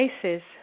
places